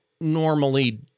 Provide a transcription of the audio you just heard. normally